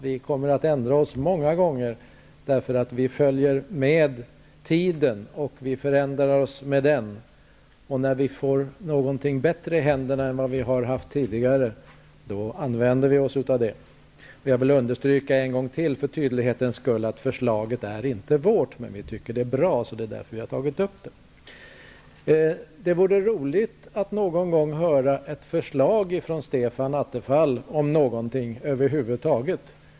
Vi kommer att ändra oss många gånger, därför att vi följer med tiden och förändrar oss med den. När vi får någonting bättre i händerna än det vi har haft tidigare, använder vi oss av det. Jag vill för tydlighetens skull ännu en gång understryka att förslaget inte är vårt, men vi tycker att det är bra. Det är därför vi har tagit upp det. Det vore roligt att någon gång höra ett förslag från Stefan Attefall om någonting över huvud taget.